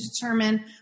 determine